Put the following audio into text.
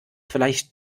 vielleicht